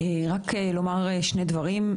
רק לומר שני דברים.